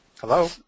Hello